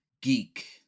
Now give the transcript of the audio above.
geek